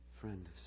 Friend